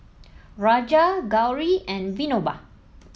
Raja Gauri and Vinoba